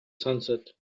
sunset